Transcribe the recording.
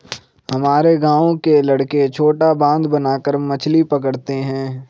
हमारे गांव के लड़के छोटा बांध बनाकर मछली पकड़ते हैं